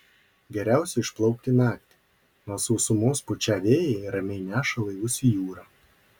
geriausia išplaukti naktį nuo sausumos pučią vėjai ramiai neša laivus į jūrą